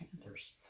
Panthers